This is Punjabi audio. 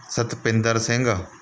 ਸਤਪਿੰਦਰ ਸਿੰਘ